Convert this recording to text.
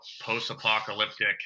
post-apocalyptic